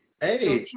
Hey